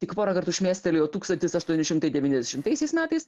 tik porą kartų šmėstelėjo tūkstantis aštuoni šimtai devyniasdešimtaisiais metais